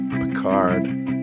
Picard